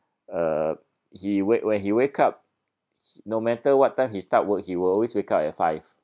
uh he when when he wake up no matter what time he start work he will always wake up at five